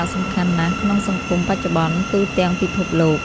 ការថតរូបមានសារ:សំខាន់ណាស់ក្នុងសង្គមបច្ចុប្បន្នទូទាំងពិភពលោក។